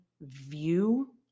view